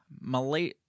Malay